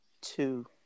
two